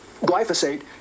glyphosate